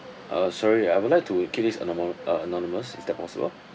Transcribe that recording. uh sorry I would like to keep this anonymo~ uh anonymous is that possible